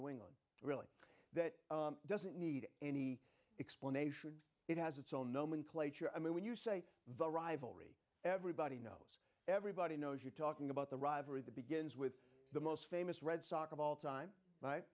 new england really that doesn't need any explanation it has it's own nomenclature i mean when you say the rivalry everybody knows everybody knows you're talking about the rivalry that begins with the most famous red sox of all time